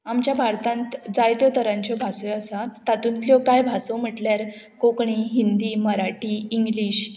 आमच्या भारतांत जायत्यो तरांच्यो भास्यो आसात तातूंतल्यो कांय भासो म्हटल्यार कोंकणी हिंदी मराटी इंग्लीश